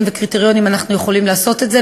וקריטריונים אנחנו יכולים לעשות את זה.